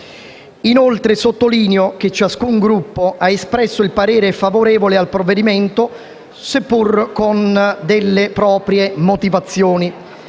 Inoltre, sottolineo che ciascun Gruppo ha espresso il parere favorevole al provvedimento, seppur con proprie motivazioni,